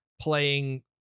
playing